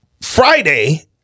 Friday